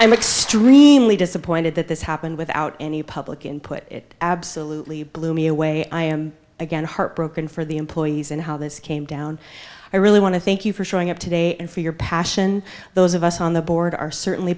i'm extremely disappointed that this happened without any public input absolutely blew me away i am again heartbroken for the employees and how this came down i really want to thank you for showing up today and for your passion those of us on the board are certainly